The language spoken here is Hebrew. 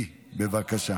(תיקון,